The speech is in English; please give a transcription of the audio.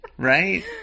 Right